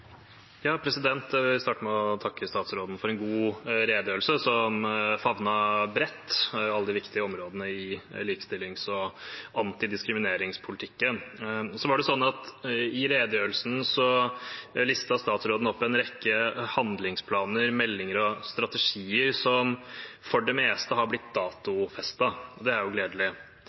redegjørelse som favnet bredt, på alle de viktige områdene i likestillings- og antidiskrimineringspolitikken. I redegjørelsen listet statsråden opp en rekke handlingsplaner, meldinger og strategier som for det meste har blitt datofestet. Det er jo gledelig.